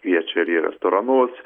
kviečia ir į restoranus